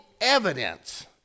evidence